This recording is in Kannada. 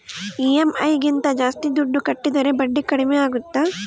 ಇ.ಎಮ್.ಐ ಗಿಂತ ಜಾಸ್ತಿ ದುಡ್ಡು ಕಟ್ಟಿದರೆ ಬಡ್ಡಿ ಕಡಿಮೆ ಆಗುತ್ತಾ?